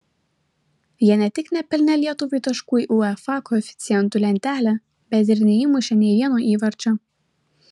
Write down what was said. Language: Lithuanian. jie ne tik nepelnė lietuvai taškų į uefa koeficientų lentelę bet ir neįmušė nė vieno įvarčio